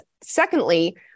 Secondly